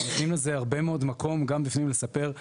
ונותנים לזה הרבה מאוד מקום גם לפעמים לספר,